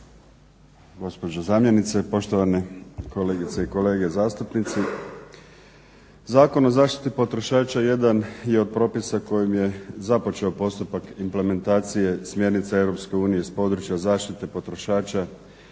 gospođo zamjenice, poštovane kolegice i kolege zastupnici. Zakon o zaštiti potrošača jedan je od propisa kojim je započeo postupak implementacije smjernica Europske unije s područja zaštite potrošača u